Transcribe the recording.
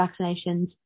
vaccinations